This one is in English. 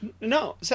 No